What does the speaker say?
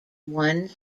one